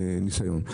ניסיון.